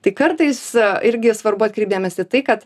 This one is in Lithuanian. tai kartais irgi svarbu atkreipt dėmesį į tai kad